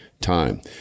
time